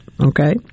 Okay